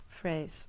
phrase